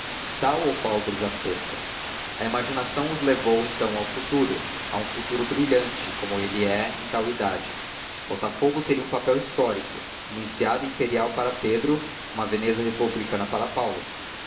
tal ou qual brisa fresca a imaginação os levou então ao futuro a um futuro brilhante como ele é em tal idade botafogo teria um papel histórico uma enseada imperial para pedro uma veneza republicana para paulo